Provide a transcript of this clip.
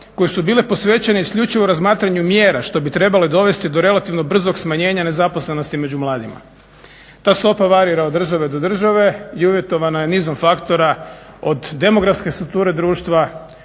koje su bile posvećene isključivo razmatranju mjera što bi trebalo dovesti do relativno brzog smanjenja nezaposlenosti među mladima. Ta stopa varira od države do države i uvjetovana je nizom faktora, od demografske strukture društva